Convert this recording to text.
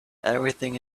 everything